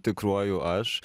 tikruoju aš